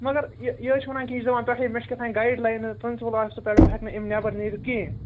مگر یہِ یہِ حظ چھُ وَنان کہِ یہِ چھُ دِوان پیٚسیج مےٚ چھُ کیٛاہتام گایِڈ لایِن حظ پِرنسِپٕل آفیس پیٚٹھٕ بہٕ ہیٚکہٕ نہٕ امہِ نیٚبٕر نیٖرِتھ کِہیٖنٛۍ